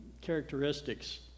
characteristics